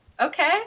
Okay